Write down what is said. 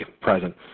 present